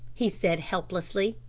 he said, helplessly.